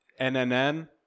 NNN